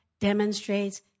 demonstrates